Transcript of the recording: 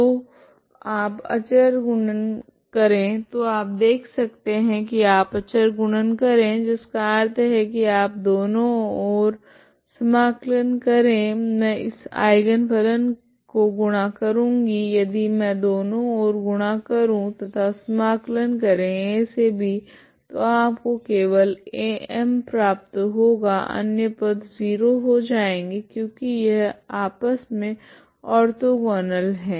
तो आप अचर गुणन करे तो आप देख सकते है की आप अचर गुणन करे जिसका अर्थ है की आप दोनों ओर समाकलन करे मैं इस आइगन फलन को गुणा करूंगी यदि मैं दोनों ओर गुणा करू तथा समाकलन करे a से b तो आपको केवल Am प्राप्त होगा अन्य पद 0 हो जाएगे क्योकि यह आपस मे ओर्थोगोनल है